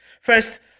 First